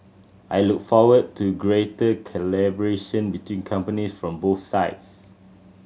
I look forward to greater collaboration between companies from both sides